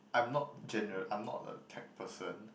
I'm not gene~ I'm not a tech person